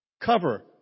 Cover